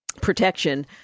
protection